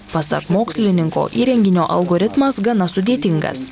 pasak mokslininko įrenginio algoritmas gana sudėtingas